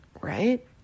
Right